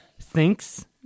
thinks